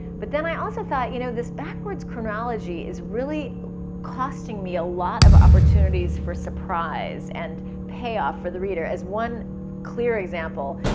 but then i also thought, you know? this backwards chronology is really costing me a lot of opportunities for surprise, and payoff for the reader. as one clear example,